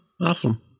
Awesome